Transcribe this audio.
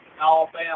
Alabama